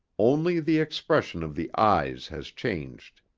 only the expression of the eyes has changed.